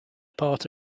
part